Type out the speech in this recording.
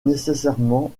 nécessairement